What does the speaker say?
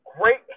great